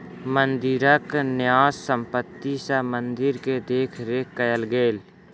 मंदिरक न्यास संपत्ति सॅ मंदिर के देख रेख कएल गेल